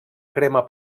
crema